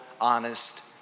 honest